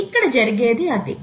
ఇక్కడ జరిగేది అదే